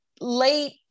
late